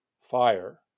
fire